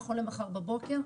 נכון למחר בבוקר.